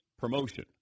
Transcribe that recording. promotion